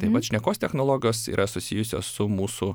taip vat šnekos technologijos yra susijusios su mūsų